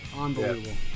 Unbelievable